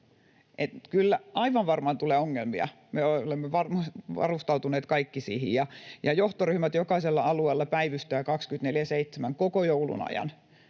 aivan varmaan tulee ongelmia, me olemme varustautuneet kaikki siihen. Johtoryhmät jokaisella alueella päivystävät 24/7 koko joulun ajan,